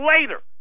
later